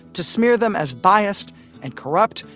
to smear them as biased and corrupt,